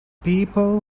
people